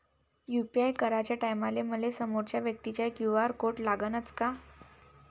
UPI कराच्या टायमाले मले समोरच्या व्यक्तीचा क्यू.आर कोड लागनच का?